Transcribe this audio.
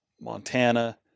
Montana